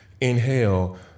inhale